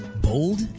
Bold